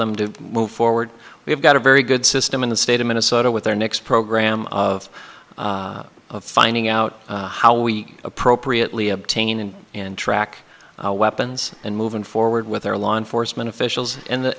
them to move forward we have got a very good system in the state of minnesota with their next program of finding out how we appropriately obtain and in track weapons and moving forward with their law enforcement officials and the